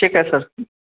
ठीक आहे सर